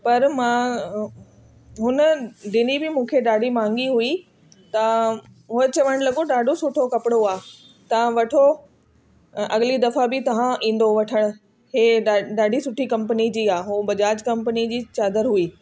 पर मां हुन ॾिनी बि मूंखे ॾाढी महांगी हुई त उहा चवण लॻो ॾाढो सुठो कपिड़ो आहे तव्हां वठो अगली दफ़ा बि तव्हां ईंदो वठण हीअ ॾाढी सुठी कंपनी जी आहे उहो बजाज कंपनी जी चादरु हुई